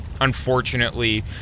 Unfortunately